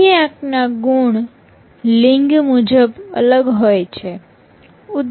બુદ્ધિઆંક ના ગુણ લિંગ મુજબ અલગ હોય છે